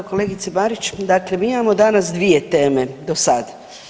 Kolegice Marić, dakle mi imamo danas 2 teme do sad.